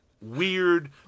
weird